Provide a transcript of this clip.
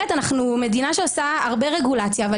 אנחנו מדינה שעושה הרבה רגולציה אבל